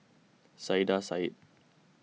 Saiedah Said